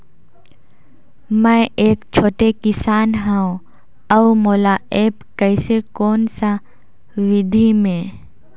मै एक छोटे किसान हव अउ मोला एप्प कइसे कोन सा विधी मे?